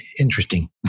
interesting